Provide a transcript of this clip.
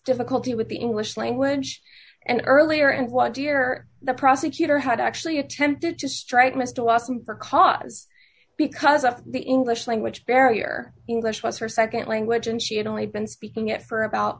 difficulty with the english language and earlier and what dear the prosecutor had actually attempted to strike mr lawson for cause because of the english language barrier english was her nd language and she had only been speaking it for about